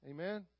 Amen